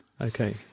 Okay